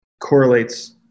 correlates